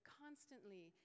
constantly